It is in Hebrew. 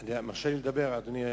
אתה מרשה לי לדבר, אדוני היושב-ראש?